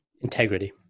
Integrity